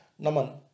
Naman